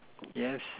yes